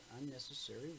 unnecessary